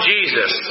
Jesus